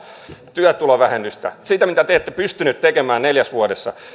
työtulovähennystä mitä te ette pystyneet tekemään neljässä vuodessa